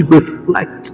reflect